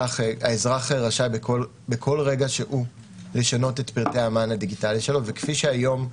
האזרח רשאי בכל רגע שהוא לשנות את פרטי המען הדיגיטלי שלו וכפי שהיום,